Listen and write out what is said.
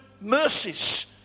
mercies